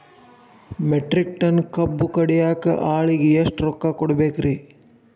Metric ton ಕಬ್ಬು ಕಡಿಯಾಕ ಆಳಿಗೆ ಎಷ್ಟ ರೊಕ್ಕ ಕೊಡಬೇಕ್ರೇ?